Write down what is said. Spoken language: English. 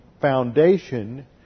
foundation